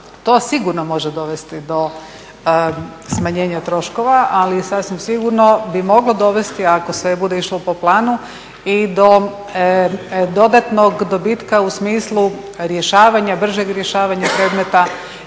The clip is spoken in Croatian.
to sigurno može dovesti do smanjenja troškova, ali sasvim sigurno bi moglo dovesti, ako sve bude išlo po planu, i do dodatnog dobitka u smislu rješavanja, bržeg rješavanja predmeta